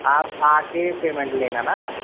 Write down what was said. आप आ कर पेमेंट लेना न